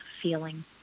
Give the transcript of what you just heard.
feeling